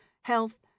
health